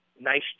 nice